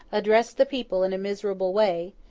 addressed the people in a miserable way,